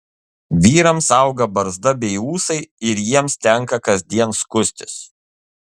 vyrams auga barzda bei ūsai ir jiems tenka kasdien skustis